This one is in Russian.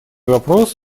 вопрос